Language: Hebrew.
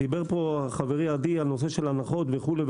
דיבר חברי עדי על הנחות וכו'.